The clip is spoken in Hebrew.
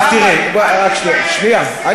תראה, רק שנייה, אל תתבייש.